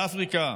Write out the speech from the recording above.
באפריקה,